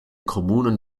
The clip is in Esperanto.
komunan